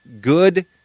good